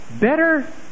Better